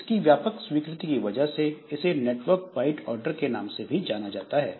इसकी व्यापक स्वीकृति की वजह से इसे नेटवर्क बाइट ऑर्डर के नाम से भी जाना जाता है